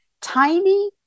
Tiny